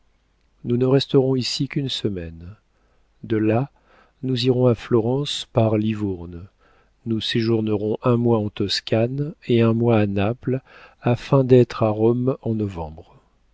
nous ne resterons ici qu'une semaine de là nous irons à florence par livourne nous séjournerons un mois en toscane et un mois à naples afin d'être à rome en novembre